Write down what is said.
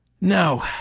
No